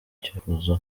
icyifuzo